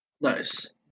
Nice